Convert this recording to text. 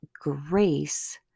grace